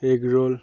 egg roll